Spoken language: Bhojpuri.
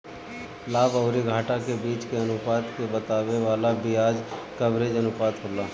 लाभ अउरी घाटा के बीच के अनुपात के बतावे वाला बियाज कवरेज अनुपात होला